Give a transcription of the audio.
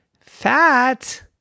Fat